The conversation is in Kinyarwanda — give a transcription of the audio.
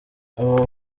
abo